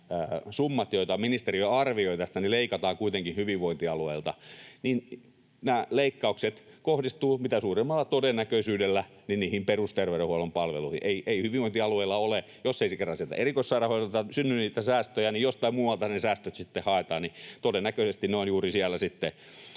summat, joita ministeriö arvioi tästä, leikataan kuitenkin hyvinvointialueilta, niin nämä leikkaukset kohdistuvat mitä suurimmalla todennäköisyydellä niihin perusterveydenhuollon palveluihin. Ei hyvinvointialueilla ole... Jos ei kerran sieltä erikoissairaanhoidolta synny niitä säästöjä, niin jostain muualta ne säästöt sitten haetaan, ja todennäköisesti juuri sieltä